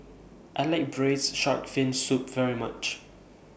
I like Braised Shark Fin Soup very much